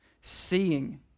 seeing